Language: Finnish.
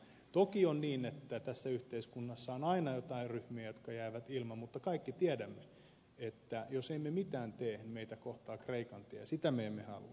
toki on niin että tässä yhteiskunnassa on aina joitain ryhmiä jotka jäävät ilman mutta kaikki tiedämme että jos emme mitään tee meitä kohtaa kreikan tie ja sitä me emme halua